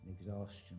Exhaustion